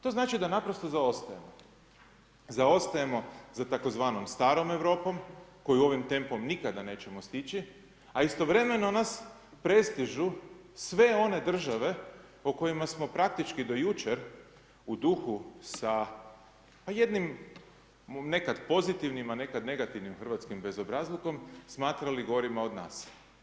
To znači da naprosto zaostajemo, zaostajemo za tzv. starom Europom, koju ovim tempom nikada nećemo stići a istovremeno nas prestižu sve one države po kojima smo praktički do jučer u duhu sa pa jednim nekad pozitivnima, nekad negativnim hrvatskim bezobrazlukom smatrali gorima od nas.